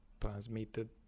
transmitted